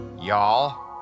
y'all